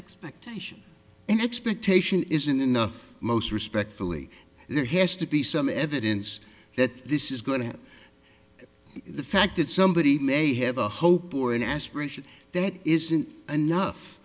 expectation and expectation isn't enough most respectfully there has to be some evidence that this is going to the fact that somebody may have a hope or an aspiration that it isn't enough